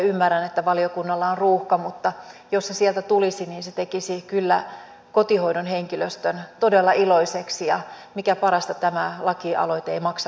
ymmärrän että valiokunnalla on ruuhka mutta jos se sieltä tulisi niin se tekisi kyllä kotihoidon henkilöstön todella iloiseksi ja mikä parasta tämä lakialoite ei maksa yhtikäs mitään